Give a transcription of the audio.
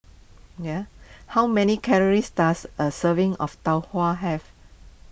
how many calories does a serving of Tau Huay have